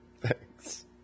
Thanks